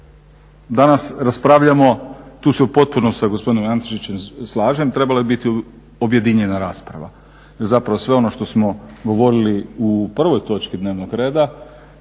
danas raspravljamo, tu se u potpunosti sa gospodinom Antešićem slažem, trebala je biti objedinjena rasprava, zapravo sve ono što smo govorili u u prvoj točki dnevnog reda